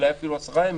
אולי 10 ימים,